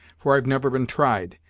for i've never been tried,